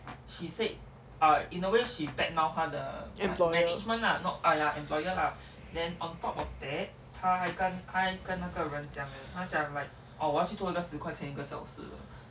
ya